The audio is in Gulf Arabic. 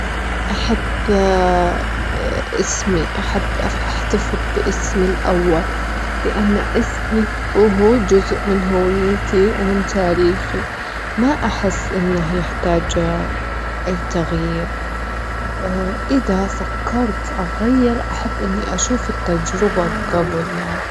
أحب أسمي، أحب أحتفظ بأسمي الأول، لأن أسمي وهو جزء من هويتي ومن تاريخي، ما أحس إنه يحتاج أي تغيير إذا فكرت أغير أحب إني أشوف التجربة جبل يعني.